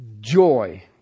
Joy